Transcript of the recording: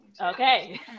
Okay